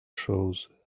choses